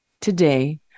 Today